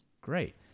Great